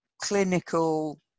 clinical